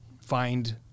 find